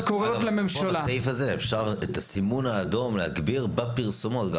בסעיף הזה אפשר את הסימון האדום להגביר בפרסומות.